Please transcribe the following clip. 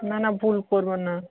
না না ভুল করবে না